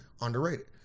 underrated